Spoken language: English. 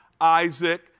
Isaac